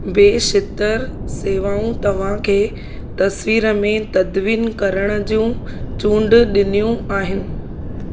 बेशितरु शेवाऊं तव्हांखे तस्वीर में तदवीन करण जी चूंड ॾिनियूं आहिनि